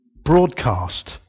broadcast